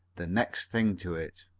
the next thing to it.